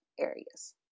areas